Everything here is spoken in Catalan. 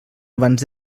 abans